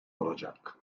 olacak